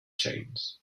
chains